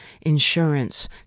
insurance